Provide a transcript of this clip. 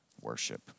worship